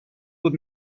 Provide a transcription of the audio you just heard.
بود